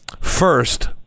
first